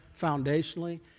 foundationally